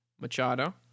Machado